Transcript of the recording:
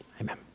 Amen